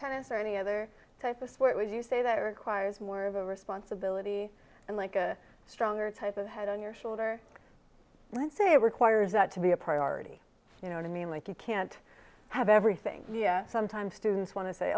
tennis or any other type of what would you say that requires more of a responsibility and like a stronger type of head on your shoulder and say it requires that to be a priority you know i mean like you can't have everything yes sometimes students want to say